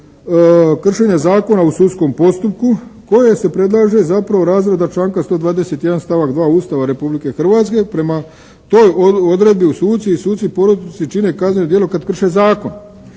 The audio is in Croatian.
kršenja Zakona o sudskom postupku kojim se predlaže zapravo razrada članka 121. stavak 2. Ustava Republike Hrvatske. Prema toj odredbi suci i suci porotnici čine kazneno djelo kad krše zakon.